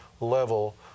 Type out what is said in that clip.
level